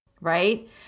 right